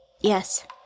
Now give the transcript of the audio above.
Yes